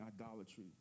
idolatry